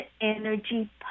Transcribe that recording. energy